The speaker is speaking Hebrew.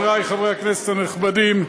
חברי חברי הכנסת הנכבדים,